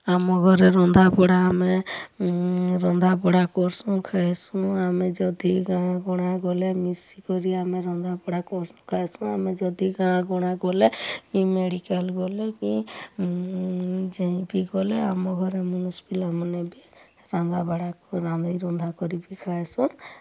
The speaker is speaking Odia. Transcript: ଆମ ଘରେ ରନ୍ଧା ବଢ଼ା ଆମେ ରନ୍ଧା ବଢ଼ା କରସୁଁ ଖାଏସୁଁ ଆମେ ଯଦି ଗାଁ ଗଣା ଗଲେ ମିଶି କରି ଆମେ ରନ୍ଧା ବଢ଼ା କରସୁଁ ଖାଏସୁଁ ଆମେ ଯଦି ଗାଁ ଗଣା ଗଲେ କି ମେଡ଼ିକାଲ୍ ଗଲେ କି ଯେଇଁଭି ଗଲେ ଆମ ଘରେ ମନୁଷ୍ ପିଲାମାନେ ବି ରନ୍ଧା ବଢ଼ା ରାନ୍ଧି ରୁନ୍ଧା କରିକି ଖାଏସୁଁ